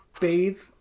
bathe